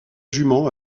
jument